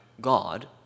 God